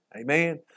Amen